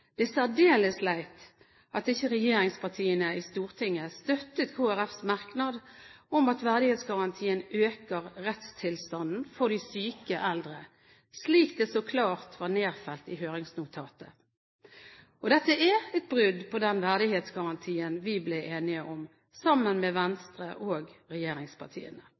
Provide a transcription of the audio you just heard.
Det er særdeles leit at ikke regjeringspartiene i Stortinget støttet Kristelig Folkepartis merknad om at verdighetsgarantien øker rettstilstanden for de syke eldre, slik det så klart var nedfelt i høringsnotatet. Dette er et brudd på den verdighetsgarantien vi ble enige om, sammen med Venstre og regjeringspartiene.